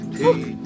hey